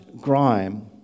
grime